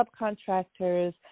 subcontractors